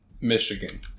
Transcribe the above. Michigan